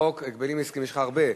יש לך הרבה.